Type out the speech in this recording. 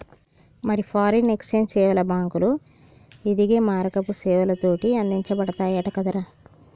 మరి foreign exchange సేవలు బాంకులు, ఇదిగే మారకపు సేవలతోటి అందించబడతయంట కదరా